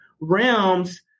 realms